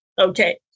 Okay